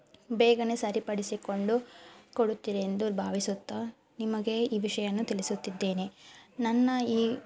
ಬೇಗ ಸರಿಪಡಿಸಿಕೊಂಡು ಕೊಡುತ್ತೀರೆಂದು ಭಾವಿಸುತ್ತ ನಿಮಗೆ ಈ ವಿಷಯನ್ನು ತಿಳಿಸುತ್ತಿದ್ದೇನೆ ನನ್ನ ಈ